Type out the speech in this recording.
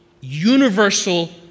universal